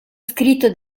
scritto